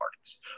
parties